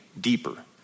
deeper